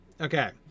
okay